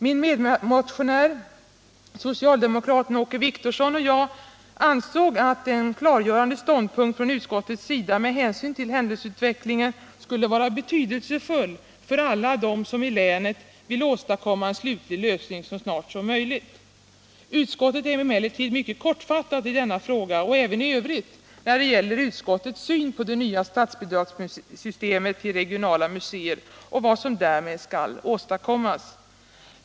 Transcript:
Min medmotionär, socialdemokraten Åke Wictorsson, och jag ansåg att en klargörande ståndpunkt från utskottets sida med hänsyn till händelseutvecklingen skulle vara betydelsefull för alla dem som i länet vill åstadkomma en slutlig lösning så snart som möjligt. Utskottet är emellertid mycket kortfattat i denna fråga och även i övrigt när det gäller utskottets syn på det nya statsbidragssystemet till regionala museer och vad som därmed skall åstadkommas.